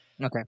Okay